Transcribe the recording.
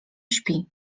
śpi